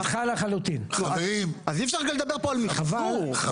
אז אי-אפשר לדבר פה על מחזור.